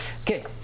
Okay